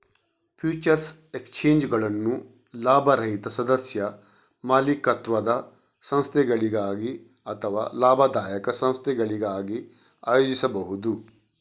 futures ಎಕ್ಸ್ಚೇಂಜುಗಳನ್ನು ಲಾಭರಹಿತ ಸದಸ್ಯ ಮಾಲೀಕತ್ವದ ಸಂಸ್ಥೆಗಳಾಗಿ ಅಥವಾ ಲಾಭದಾಯಕ ಸಂಸ್ಥೆಗಳಾಗಿ ಆಯೋಜಿಸಬಹುದು